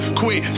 quit